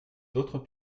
d’autres